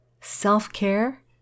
Self-care